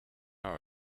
know